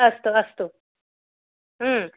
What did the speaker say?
अस्तु अस्तु